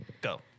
Go